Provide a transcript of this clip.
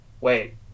wait